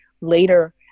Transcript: later